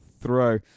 throw